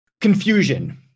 confusion